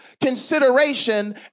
consideration